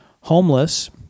homeless—